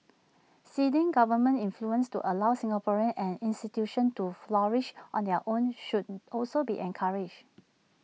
ceding government influence to allow Singaporeans and institutions to flourish on their own should also be encouraged